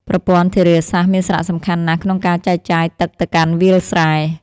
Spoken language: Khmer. ប្រព័ន្ធធារាសាស្ត្រមានសារៈសំខាន់ណាស់ក្នុងការចែកចាយទឹកទៅកាន់វាលស្រែ។